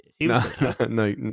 No